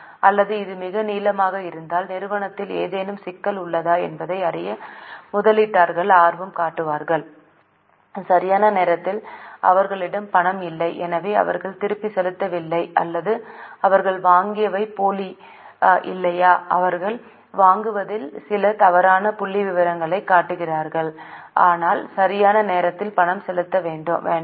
அல்லது இது மிக நீளமாக இருந்தால் நிறுவனத்தில் ஏதேனும் சிக்கல் உள்ளதா என்பதை அறிய முதலீட்டாளர்கள் ஆர்வம் காட்டுவார்கள் சரியான நேரத்தில் அவர்களிடம் பணம் இல்லை எனவே அவர்கள் திருப்பிச் செலுத்தவில்லை அல்லது அவர்கள் வாங்கியவை போலி இல்லையா அவர்கள் வாங்குவதில் சில தவறான புள்ளிவிவரங்களைக் காட்டுகிறார்கள் ஆனால் சரியான நேரத்தில் பணம் செலுத்த வேண்டாம்